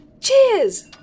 Cheers